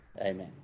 Amen